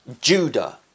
Judah